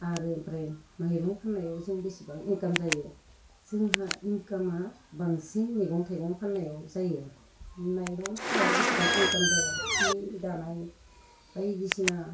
आरो ओमफ्राय माइरं फाननायाव जों बिसिबां इन्काम जायो जोंहा इन्कामा बांसिन मैगं थाइगं फाननायाव जायो माइरं फाननायाव बिसिबां इन्काम जाया सि दानाय बायदिसिना